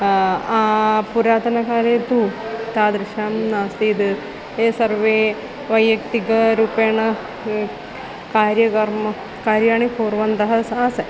पुरातनकाले तु तादृशं नास्ति इदं ये सर्वे वैयक्तिकरूपेण कार्यं कुर्मः कार्याणि कुर्वन्तः स आसन्